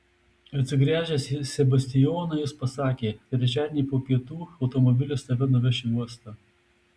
atsigręžęs į sebastijoną jis pasakė trečiadienį po pietų automobilis tave nuveš į uostą